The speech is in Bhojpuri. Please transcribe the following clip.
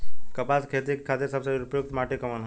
कपास क खेती के खातिर सबसे उपयुक्त माटी कवन ह?